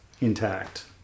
intact